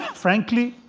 frankly,